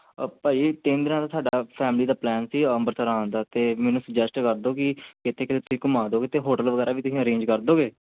ਆ ਭਾਅ ਜੀ ਤਿੰਨ ਦਿਨਾਂ ਦਾ ਸਾਡਾ ਫੈਮਲੀ ਦਾ ਪਲੈਨ ਸੀ ਅੰਮ੍ਰਿਤਸਰ ਆਉਣ ਦਾ ਅਤੇ ਮੈਨੂੰ ਸੂਜੈਸਟ ਕਰ ਦਿਓ ਕਿ ਕਿੱਥੇ ਕਿੱਥੇ ਤੁਸੀਂ ਘੁੰਮਾ ਦਿਓਗੇ ਅਤੇ ਹੋਟਲ ਵਗੈਰਾ ਵੀ ਤੁਸੀਂ ਅਰੇਂਜ ਕਰ ਦਿਓਗੇ